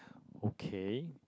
okay